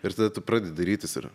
ir tada tu pradedi dairytis ir